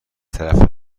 طرفه